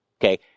Okay